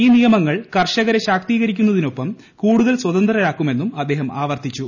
ഈ നിയമങ്ങൾ കർഷകരെ ശാക്തീകരിക്കുന്നതിനൊപ്പം കൂടുതൽ സ്വതന്ത്രരാക്കുമെന്നും അദ്ദേഹം ആവർത്തിച്ചു